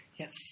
Yes